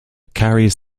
carries